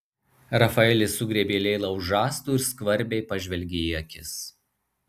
rafaelis sugriebė leilą už žastų ir skvarbiai pažvelgė į akis